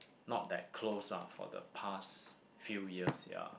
not that close lah for the past few years ya